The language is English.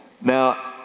Now